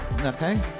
Okay